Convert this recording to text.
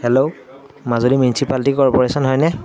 hello Majuli municipality corporation হয়নে